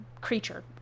creature